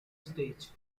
stage